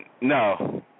No